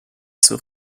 zur